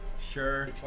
Sure